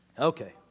Okay